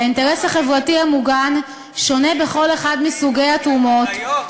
האינטרס החברתי המוגן שונה בכל אחד מסוגי התרומות,